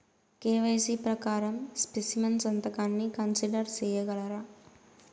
KYC ప్రకారం specimen సంతకాన్ని consider సేయగలరా?